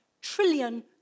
trillion